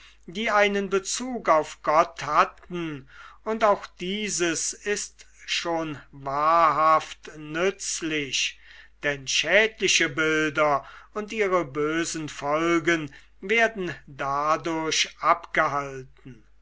die einen bezug auf gott hatten und auch dieses ist schon wahrhaft nützlich denn schädliche bilder und ihre bösen folgen werden dadurch abgehalten